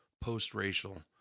post-racial